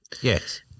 Yes